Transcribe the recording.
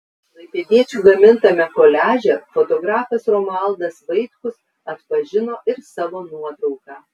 klaipėdiečių gamintame koliaže fotografas romualdas vaitkus atpažino ir savo nuotrauką